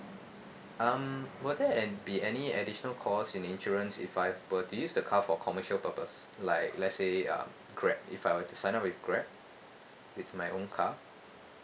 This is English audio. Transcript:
um will there an be any additional cost in insurance if I were to use the car for commercial purpose like let's say uh grab if I were to sign up with grab with my own car